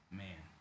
man